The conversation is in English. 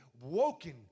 woken